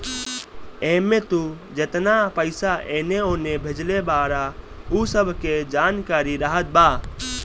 एमे तू जेतना पईसा एने ओने भेजले बारअ उ सब के जानकारी रहत बा